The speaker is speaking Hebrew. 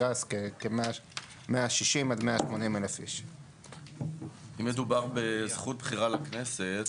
גס כ- 160-180,000. לא מדובר על זכות בחירה לכנסת,